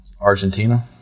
argentina